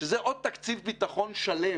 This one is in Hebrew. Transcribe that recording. שזה עוד תקציב ביטחון שלם